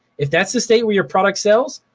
if that's the state where your product sells,